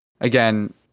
Again